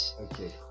Okay